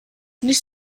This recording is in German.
nicht